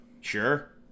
Sure